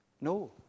No